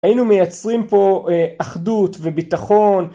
היינו מייצרים פה אחדות וביטחון